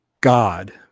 god